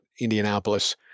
Indianapolis